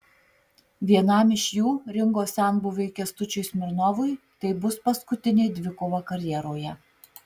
vienam iš jų ringo senbuviui kęstučiui smirnovui tai bus paskutinė dvikova karjeroje